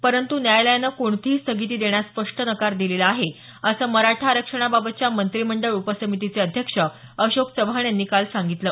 परंतु न्यायालयाने कोणतीही स्थगिती देण्यास स्पष्ट नकार दिलेला आहे असं मराठा आरक्षणाबाबतच्या मंत्रीमंडळ उपसमितीचे अध्यक्ष अशोक चव्हाण यांनी काल सांगितलं